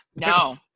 no